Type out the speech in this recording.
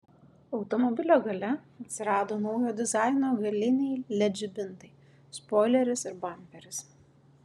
automobilio gale atsirado naujo dizaino galiniai led žibintai spoileris ir bamperis